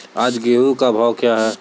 आज गेहूँ का भाव क्या है?